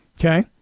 Okay